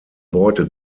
beute